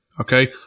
okay